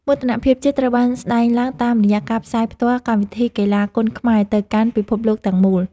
មោទនភាពជាតិត្រូវបានស្តែងឡើងតាមរយៈការផ្សាយផ្ទាល់កម្មវិធីកីឡាគុណខ្មែរទៅកាន់ពិភពលោកទាំងមូល។